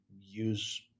use